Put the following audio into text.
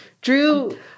Drew